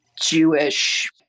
Jewish